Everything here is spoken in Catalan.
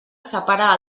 separa